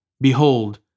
Behold